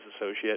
associate